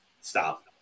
stop